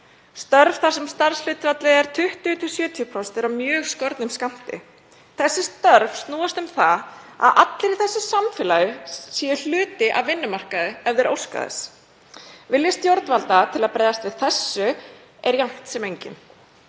Störf þar sem starfshlutfallið er 20–70% eru af mjög skornum skammti. Þessi störf snúast um að allir í þessu samfélagi séu hluti af vinnumarkaði ef þeir óska þess. Vilji stjórnvalda til að bregðast við þessu er jafnt sem enginn.